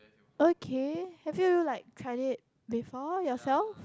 okay have you like tried it before yourself